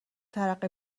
ترقه